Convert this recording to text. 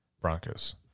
Broncos